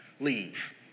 leave